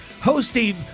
hosting